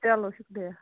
چلو شُکریہ